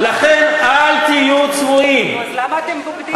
לכן, אל תהיו צבועים, נו, אז למה אתם בוגדים בהם?